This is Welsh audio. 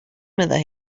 meddai